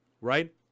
right